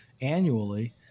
annually